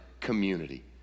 community